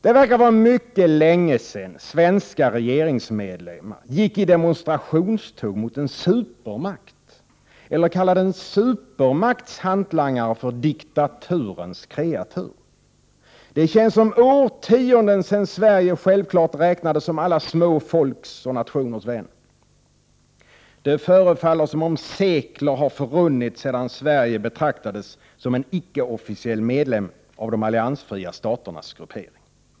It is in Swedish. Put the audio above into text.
Det verkar vara mycket länge sedan svenska regeringsmedlemmar gick i demonstrationståg mot en supermakt eller kallade en supermakts hantlangare för ”diktaturens kreatur”. Det känns som årtionden sedan Sverige självklart räknades som alla små folks och nationers vän. Det förefaller som om sekler har förrunnit sedan Sverige betraktades som en icke-officiell medlem av de alliansfria staternas gruppering.